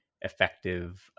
effective